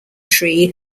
tree